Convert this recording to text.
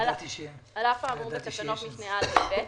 (ג)על אף האמור בתקנות משנה (א) ו-(ב),